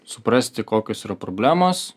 suprasti kokios yra problemos